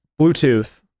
Bluetooth